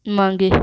मागे